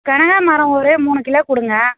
கனகாம்ரம் ஒரு மூணு கிலோ கொடுங்க